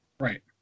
Right